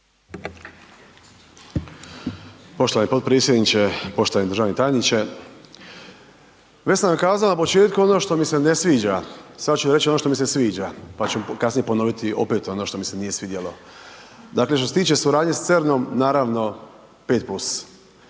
Poštovani potpredsjedniče, poštovani državni tajniče, već sam kazao na početku ono što mi se ne sviđa, sad ću reći ono što mi se sviđa pa ćemo kasnije ponoviti opet ono što mi se nije svidjelo. Dakle, što se tiče suradnje s CERN-om naravno 5+,